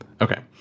Okay